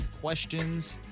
questions